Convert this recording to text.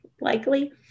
likely